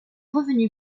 revenus